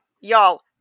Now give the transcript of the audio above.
Y'all